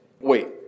Wait